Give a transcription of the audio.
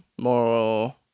more